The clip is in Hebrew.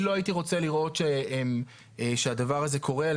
אני לא הייתי רוצה לראות שהדבר הזה קורה על